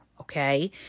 Okay